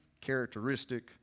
characteristic